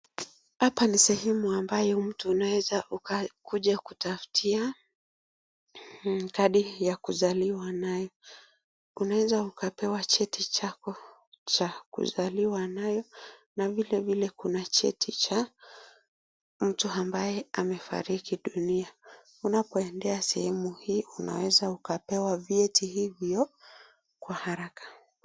Hapa ni sehemu ambayo mtu unaweza ukakuja kutaftia kadi ya kuzaliwa nayo. Unaweza ukapewa cheti chako cha kuzaliwa nayo. Na vile vile kuna cheti cha mtu ambaye amefariki dunia. Unapoendea sehemu hii, unaweza ukapewa vyeti hivyo kwa haraka.